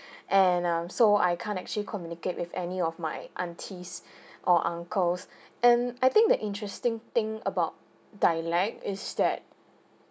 and um so I can't actually communicate with any of my aunties or uncles and I think the interesting thing about dialect is that